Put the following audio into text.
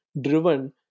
driven